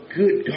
good